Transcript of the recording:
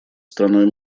страной